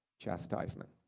chastisement